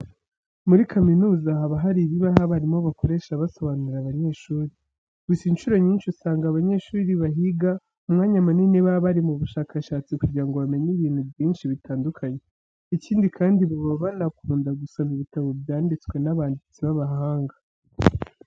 Muri kaminuza haba hari ibibaho abarimu bakoresha basobanurira abanyeshuri. Gusa incuro nyinshi, usanga abanyeshuri bahiga umwanya munini baba bari mu bushakashatsi kugira ngo bamenye ibintu byinshi bitandukanye. Ikindi kandi baba banakunda gusoma ibitabo byanditswe n'abanditsi b'abahanga.